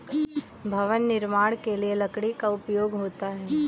भवन निर्माण के लिए लकड़ी का उपयोग होता है